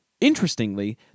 Interestingly